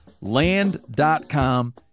land.com